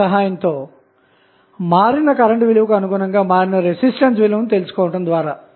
ఇప్పుడు మీరు Rth మరియు Vth విలువలు పొందారుకాబట్టి గరిష్ట పవర్ విలువను తెలుసుకోవచ్చు